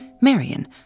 Marion